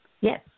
Yes